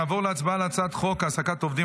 נעבור להצבעה על הצעת חוק העסקת עובדים